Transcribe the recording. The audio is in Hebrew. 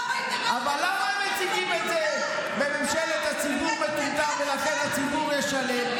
אבל למה מציגים את זה ב"ממשלת הציבור מטומטם ולכן הציבור ישלם"?